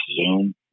Zoom